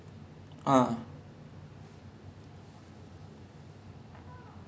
then err சின்ன வயசுல இருந்தே நா பாத்த படோலா:chinna vayasula irunthae naa paatha padolaa I you might know you might not know alaipaayuthae